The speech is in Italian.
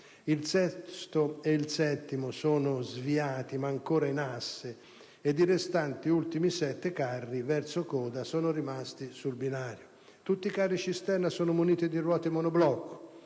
il sesto e il settimo sono sviati ma ancora in asse ed i restanti ultimi sette carri verso coda sono rimasti sul binario. Tutti i carri cisterna sono muniti di ruote monoblocco.